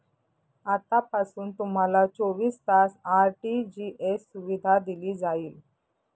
आतापासून तुम्हाला चोवीस तास आर.टी.जी.एस सुविधा दिली जाईल